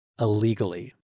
illegally